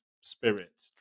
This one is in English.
spirit